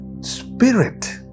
spirit